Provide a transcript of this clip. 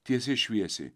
tiesiai šviesiai